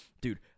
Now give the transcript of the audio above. dude